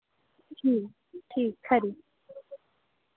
ठीक ठीक खरी